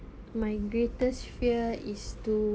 my greatest fear is to